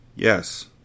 Yes